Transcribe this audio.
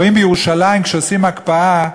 רואים בירושלים, כשעושים הקפאה,